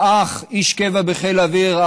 האח איש קבע בחיל האוויר,